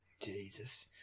Jesus